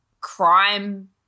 crime